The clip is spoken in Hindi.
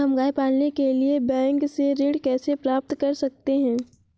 हम गाय पालने के लिए बैंक से ऋण कैसे प्राप्त कर सकते हैं?